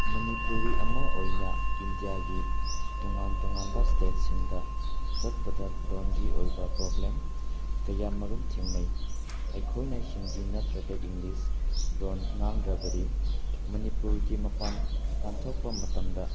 ꯃꯅꯤꯄꯨꯔꯤ ꯑꯃ ꯑꯣꯏꯅ ꯏꯟꯗꯤꯌꯥꯒꯤ ꯇꯣꯉꯥꯟ ꯇꯣꯉꯥꯟꯕ ꯏꯁꯇꯦꯠꯁꯤꯡꯗ ꯆꯠꯄꯗ ꯂꯣꯟꯒꯤ ꯑꯣꯏꯕ ꯄ꯭ꯔꯣꯕ꯭ꯂꯦꯝ ꯀꯌꯥꯃꯔꯨꯝ ꯊꯦꯡꯅꯩ ꯑꯩꯈꯣꯏꯅ ꯍꯤꯟꯗꯤ ꯅꯠꯇꯔꯒ ꯏꯪꯂꯤꯁ ꯂꯣꯜ ꯉꯥꯡꯗ꯭ꯔꯕꯗꯤ ꯃꯅꯤꯄꯨꯔꯒꯤ ꯃꯄꯥꯟ ꯂꯥꯟꯊꯣꯛꯄ ꯃꯇꯝꯗ